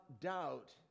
doubt